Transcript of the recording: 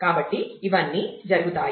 కాబట్టి ఇవన్నీ జరుగుతాయి